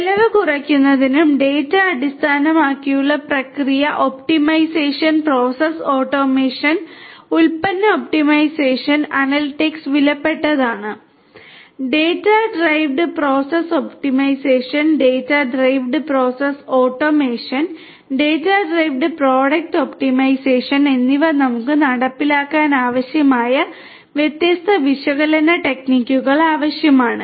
ചെലവ് കുറയ്ക്കുന്നതിനും ഡാറ്റ അടിസ്ഥാനമാക്കിയുള്ള പ്രക്രിയ ഒപ്റ്റിമൈസേഷനും എന്നിവ നമുക്ക് നടപ്പിലാക്കാൻ ആവശ്യമായ വ്യത്യസ്ത വിശകലന ടെക്നിക്കുകൾ ആവശ്യമാണ്